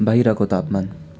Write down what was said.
बाहिरको तापमान